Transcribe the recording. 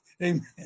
Amen